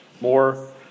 more